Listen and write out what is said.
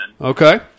Okay